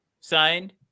Signed